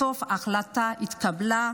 בסוף ההחלטה התקבלה: